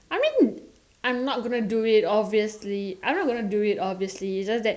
I mean I'm not gonna do it obviously I'm not gonna do it obviously is just that